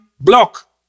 block